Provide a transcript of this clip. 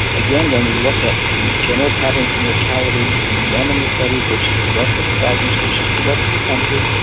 again when we look at general patterns of mortality in the men in the study versus the rest of the province, versus the rest of the country,